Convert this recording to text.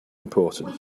important